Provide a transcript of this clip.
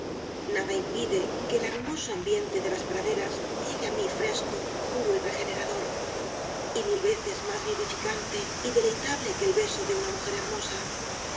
nada impide que el aromoso ambiente de las praderas llegue á mí fresco puro y regenerador y mil veces más vivificante y deleitable que el beso de una mujer hermosa nada impide que